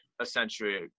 essentially